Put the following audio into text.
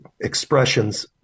expressions